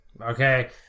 Okay